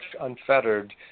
unfettered